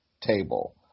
table